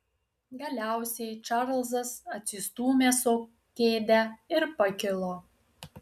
galiausiai čarlzas atsistūmė su kėde ir pakilo